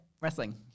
wrestling